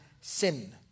sin